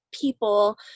people